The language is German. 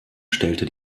stellte